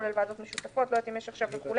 כולל ועדות משותפות לא יודעת אם יש עכשיו וכו'